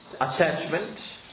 attachment